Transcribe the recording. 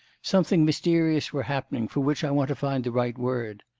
something mysterious were happening, for which i want to find the right word.